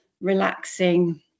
relaxing